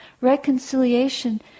reconciliation